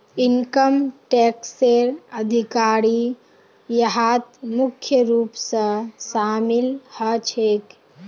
income टैक्सेर अधिकारी यहात मुख्य रूप स शामिल ह छेक